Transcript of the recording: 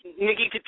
Nikki